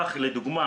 כך לדוגמה